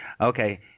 Okay